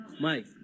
Mike